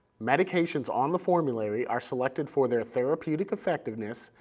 medications on the formulary are selected for their therapeutic effectiveness,